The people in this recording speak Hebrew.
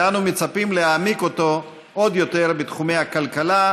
ואנו מצפים להעמיק אותו עוד יותר בתחומי הכלכלה,